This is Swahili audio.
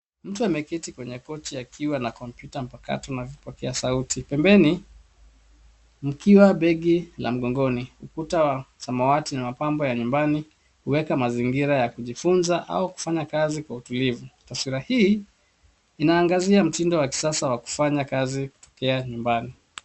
Mtu ameketi kwenye kochi akiwa na kompyuta mpakato na vipokea sauti. Pembeni mkiwa begi la mgongoni ,ukuta wa samawati na mapambo ya nyumbani huwekwa mazingira ya kujifunza au kufanya kazi kwa utulivu. Taswira hii inaangazia mtindo wa kisasa wa kufanya kazi kutoka nyumbani.